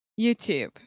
YouTube